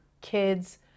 kids